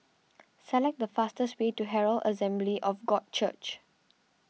select the fastest way to Herald Assembly of God Church